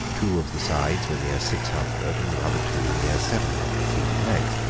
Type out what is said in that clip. two of the sides were near six hundred, and the other two near seven hundred feet in length.